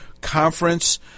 conference